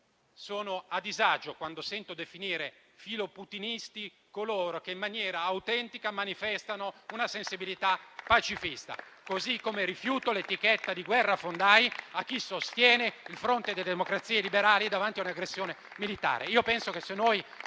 a disagio allora quando sento definire filoputinisti coloro che in maniera autentica manifestano una sensibilità pacifista, così come rifiuto l'etichetta di guerrafondai a chi sostiene il fronte delle democrazie liberali davanti ad un'aggressione militare.